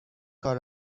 کار